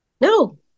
No